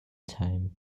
time